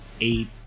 eight